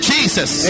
Jesus